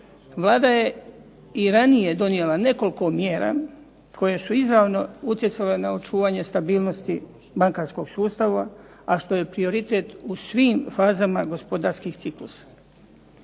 Vlada je i ranije donijela nekoliko mjera koje su izravno utjecale na očuvanje stabilnosti bankarskog sustava, a što je prioritet u svim fazama gospodarskih ciklusa.